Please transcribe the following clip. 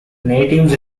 natives